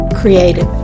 creative